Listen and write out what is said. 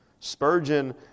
Spurgeon